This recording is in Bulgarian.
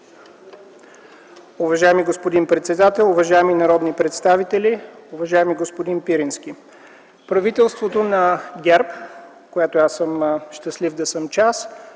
Уважаеми господин председател, уважаеми народни представители, уважаеми господин Пирински! Правителството на ГЕРБ, в което аз съм щастлив да съм част,